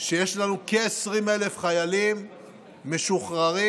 שיש לנו כ-20,000 חיילים משוחררים,